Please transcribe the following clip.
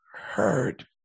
heard